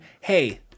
hey